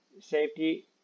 safety